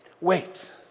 Wait